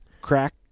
Crack